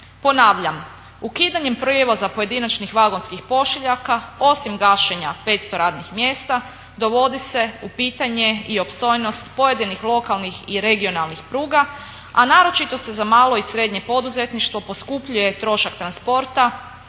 Ponavljam, ukidanjem prijevoza pojedinačnih vagonskih pošiljaka osim gašenja 500 radnih mjesta dovodi se u pitanje i opstojnost pojedinih lokalnih i regionalnih pruga, a naročito se za malo i srednje poduzetništvo poskupljuje trošak transporta